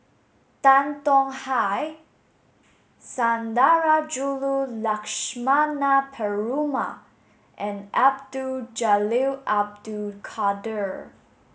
Tan Tong Hye Sundarajulu Lakshmana Perumal and Abdul Jalil Abdul Kadir